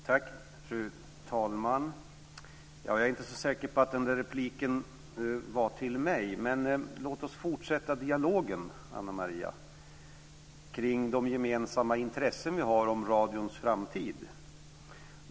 Fru talman! Jag är inte så säker på att den repliken var till mig, men låt oss fortsätta dialogen, Ana Maria Narti, kring de gemensamma intressen vi har om radions framtid.